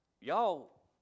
Y'all